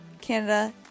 Canada